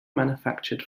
manufactured